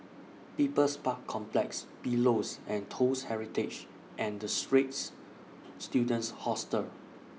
People's Park Complex Pillows and Toast Heritage and The Straits Students Hostel